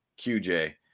QJ